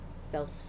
self